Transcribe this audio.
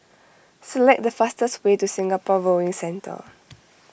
select the fastest way to Singapore Rowing Centre